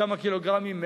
וכמה קילוגרמים,